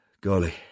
Golly